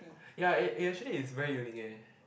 ya eh actually is very unique eh